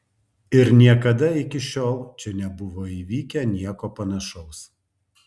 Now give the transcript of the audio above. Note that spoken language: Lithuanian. ir niekada iki šiol čia nebuvo įvykę nieko panašaus